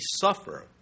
suffer